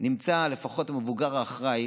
נמצא לפחות המבוגר האחראי